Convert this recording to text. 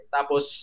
Tapos